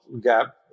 gap